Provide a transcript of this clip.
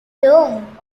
rome